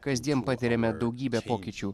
kasdien patiriame daugybę pokyčių